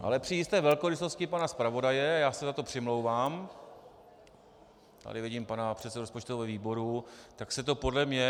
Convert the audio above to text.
Ale při jisté velkorysosti pana zpravodaje, já se za to přimlouvám, tady vidím pana předsedu rozpočtového výboru, tak se to podle mě...